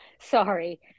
sorry